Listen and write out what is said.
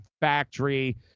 factory